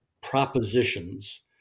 propositions